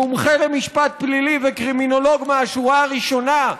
מומחה במשפט פלילי וקרימינולוג מהשורה הראשונה,